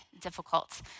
difficult